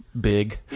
big